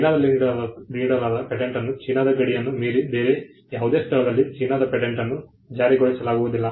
ಚೀನಾದಲ್ಲಿ ನೀಡಲಾದ ಪೇಟೆಂಟನ್ನು ಚೀನಾದ ಗಡಿಯನ್ನು ಮೀರಿ ಬೇರೆ ಯಾವುದೇ ಸ್ಥಳದಲ್ಲಿ ಚೀನಾದ ಪೇಟೆಂಟನ್ನು ಜಾರಿಗೊಳಿಸಲಾಗುವುದಿಲ್ಲ